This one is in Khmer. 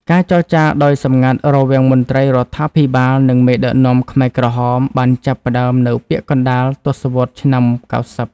ការចរចាដោយសម្ងាត់រវាងមន្ត្រីរដ្ឋាភិបាល និងមេដឹកនាំខ្មែរក្រហមបានចាប់ផ្តើមនៅពាក់កណ្តាលទសវត្សរ៍ឆ្នាំ ៩០។